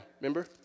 remember